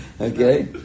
Okay